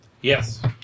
Yes